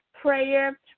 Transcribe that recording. prayer